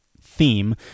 theme